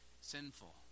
sinful